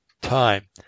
time